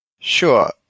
Sure